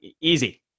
easy